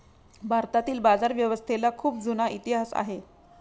भारतातील बाजारव्यवस्थेला खूप जुना इतिहास आहे